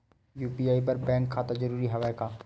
UPI बर bank खाता जरूरी हवय का?